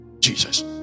Jesus